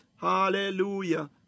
hallelujah